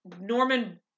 Norman